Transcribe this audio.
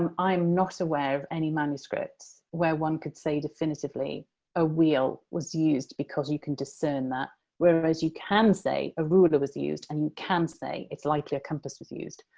um i'm not aware of any manuscripts where one could say definitively a wheel was used, because you can discern that whereas you can say a ruler was used, and you can say it's likely a compass was used.